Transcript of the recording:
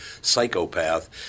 psychopath